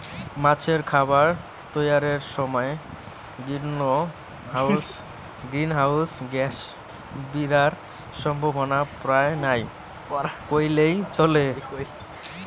মাছের খাবার তৈয়ারের সমায় গ্রীন হাউস গ্যাস বিরার সম্ভাবনা পরায় নাই কইলেই চলে